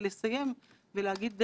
אגיד כמשפט אחרון,